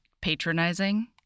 patronizing